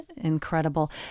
Incredible